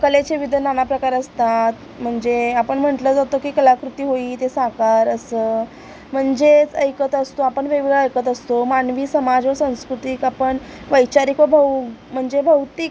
कलेचे विद नाना प्रकार असतात म्हणजे आपण म्हंटलं जातो की कलाकृती होई ते साकार असं म्हणजेच ऐकत असतो आपण वेगवेगळं ऐकत असतो मानवी समाज व संस्कृतिक आपण वैचारिक व भऊ म्हणजे भौतिक